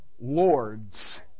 lords